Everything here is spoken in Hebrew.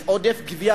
אדוני היושב-ראש,